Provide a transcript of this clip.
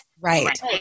Right